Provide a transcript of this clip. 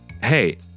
hey